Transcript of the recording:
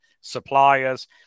suppliers